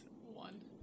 One